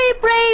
brave